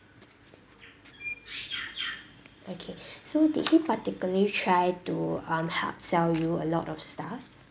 okay so did he particularly try to um hard sell you a lot of stuff